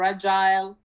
fragile